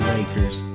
Lakers